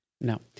No